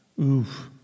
Oof